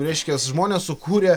reiškias žmonės sukūrė